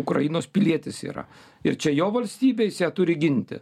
ukrainos pilietis yra ir čia jo valstybė jis ją turi ginti